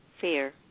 Fear